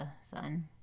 sun